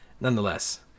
Nonetheless